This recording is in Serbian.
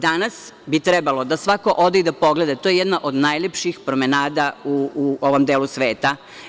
Danas bi trebalo da svako ode i pogleda, jer to je jedna od najlepših promenada u ovom delu sveta.